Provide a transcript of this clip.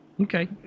Okay